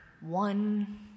one